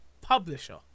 publisher